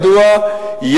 מדוע?